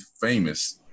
famous